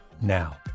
now